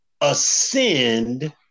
ascend